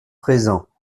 présents